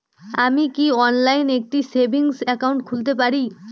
আমি কি অনলাইন একটি সেভিংস একাউন্ট খুলতে পারি?